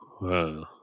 Wow